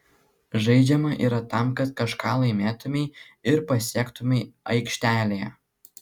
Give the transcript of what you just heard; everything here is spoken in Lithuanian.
žaidžiama yra tam kad kažką laimėtumei ir pasiektumei aikštelėje